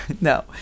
No